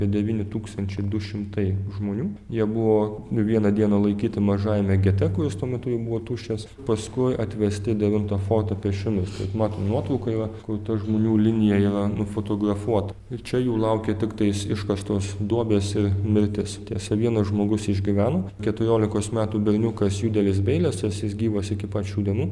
apie devyni tūkstančiai du šimtai žmonių jie buvo vieną dieną laikyti mažajame gete kuris tuo metu jau buvo tuščias paskui atvesti į devintą fortą pėsčiomis kaip matom nuotraukoje va kur ta žmonių linija yra nufotografuota ir čia jų laukia tiktais iškastos duobės ir mirtis tiesa vienas žmogus išgyveno keturiolikos metų berniukas judelis beilesas jis gyvas iki pat šių dienų